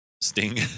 Sting